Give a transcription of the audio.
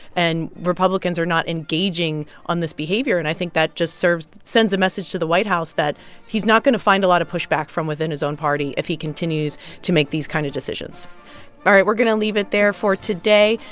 and republicans are not engaging on this behavior, and i think that just serves sends a message to the white house that he's not going to find a lot of pushback from within his own party if he continues to make these kind of decisions all right, we're going to leave it there for today.